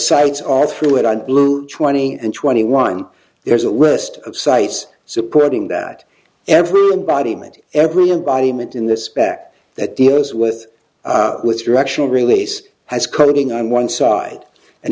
sites are through it on blue twenty and twenty one there is a list of sites supporting that everybody meant every embodiment in this back that deals with with directional release has coding on one side and